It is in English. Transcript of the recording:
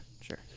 sure